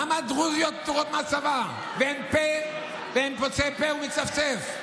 למה הדרוזיות פטורות מהצבא ואין פוצה פה ומצפצף?